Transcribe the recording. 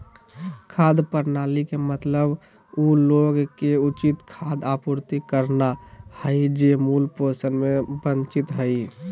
खाद्य प्रणाली के मतलब उ लोग के उचित खाद्य आपूर्ति करना हइ जे मूल पोषण से वंचित हइ